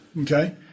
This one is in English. Okay